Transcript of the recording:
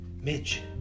Midge